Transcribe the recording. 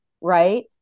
right